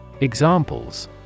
Examples